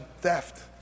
theft